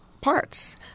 parts